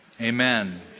amen